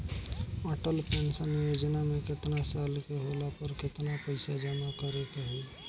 Atal pension योजना मे केतना साल के होला पर केतना पईसा जमा करे के होई?